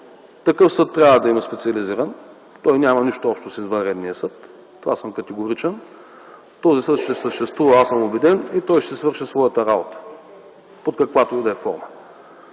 Такъв съд трябва да има – специализиран. Той няма нищо общо с извънредния съд. В това съм категоричен! Този съд ще съществува. Аз съм убеден! И той ще свърши своята работа под каквато и да е форма.